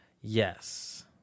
Yes